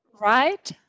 Right